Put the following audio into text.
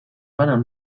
banan